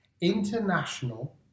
International